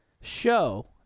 show